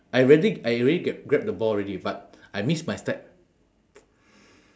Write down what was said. I already I already grab grab the ball already but I miss my step